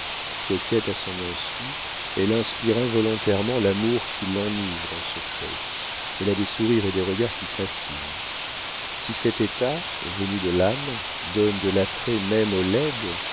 coquette à son insu elle inspire involontairement l'amour qui l'enivre en secret elle a des sourires et des regards qui fascinent si cet état venu de l'âme donne de l'attrait même aux laides